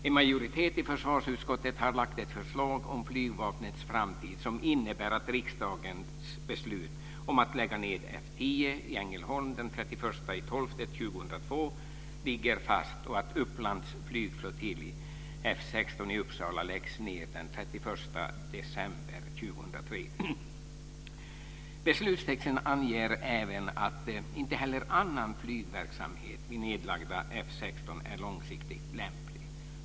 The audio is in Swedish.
En majoritet i försvarsutskottet har lagt fram ett förslag om Flygvapnets framtid som innebär att riksdagens beslut om att lägga ned F 10 i Ängelholm den 31 december Beslutstexten anger även att inte heller annan flygverksamhet vid nedlagda F 16 är långsiktigt lämplig.